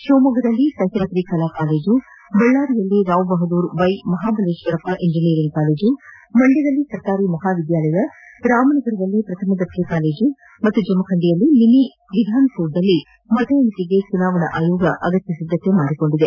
ಶಿವಮೊಗ್ಗದಲ್ಲಿ ಸಹ್ಯಾದ್ರಿ ಕಲಾ ಕಾಲೇಜು ಬಳ್ಳಾರಿಯಲ್ಲಿ Rao Bahadur Y Mahabaleshwarappa engineering college ಮಂಡ್ಕದಲ್ಲಿ ಸರ್ಕಾರಿ ಮಹಾವಿದ್ಯಾಲಯ ರಾಮನಗರದಲ್ಲಿ ಪ್ರಥಮ ದರ್ಜೆ ಕಾಲೇಜು ಮತ್ತು ಜಮಖಂಡಿಯಲ್ಲಿ ಮಿನಿವಿಧಾನಸೌಧದಲ್ಲಿ ಮತ ಎಣಿಕೆಗೆ ಚುನಾವಣಾ ಆಯೋಗ ಅಗತ್ಯ ಸಿದ್ದತೆ ಮಾಡಿಕೊಂಡಿದೆ